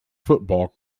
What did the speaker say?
football